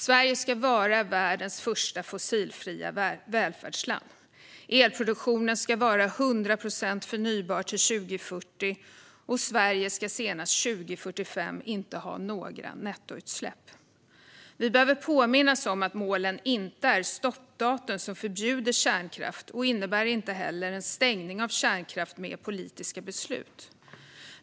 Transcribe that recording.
Sverige ska vara världens första fossilfria välfärdsland. Elproduktionen ska vara 100 procent förnybar till 2040, och Sverige ska senast 2045 inte ha några nettoutsläpp. Vi behöver påminnas om att målen inte är stoppdatum som förbjuder kärnkraft. De innebär inte heller en stängning av kärnkraft med politiska beslut.